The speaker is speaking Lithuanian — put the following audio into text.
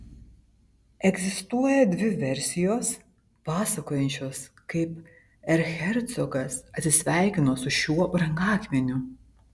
egzistuoja dvi versijos pasakojančios kaip erchercogas atsisveikino su šiuo brangakmeniu